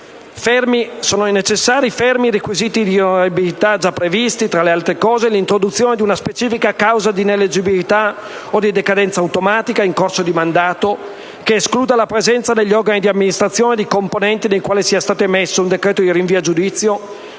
siano necessari i rigorosi requisiti di onorabilità già previsti e l'introduzione di una specifica causa di ineleggibilità o di decadenza automatica in corso di mandato che escluda la presenza dagli organi di amministrazione di componenti nei confronti dei quali sia stato emesso un decreto di rinvio a giudizio